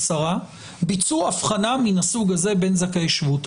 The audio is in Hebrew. שרה ביצעו הבחנה מן הסוג הזה בין זכאי שבות.